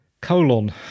Colon